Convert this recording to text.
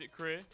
career